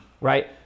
right